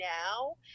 now